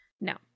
No